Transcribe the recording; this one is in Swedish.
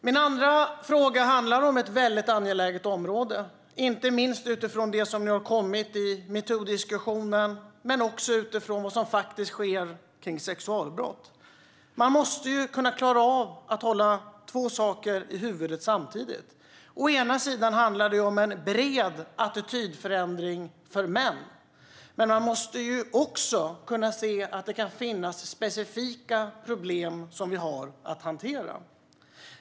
Min andra fråga handlar om ett väldigt angeläget område, inte minst utifrån det som har kommit fram i metoo-diskussionen men också utifrån vad som faktiskt sker när det gäller sexualbrott. Man måste ju klara av att hålla två saker i huvudet samtidigt. Det handlar om en bred attitydförändring hos män, men man måste också kunna se att det kan finnas specifika problem vi har att hantera.